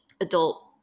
adult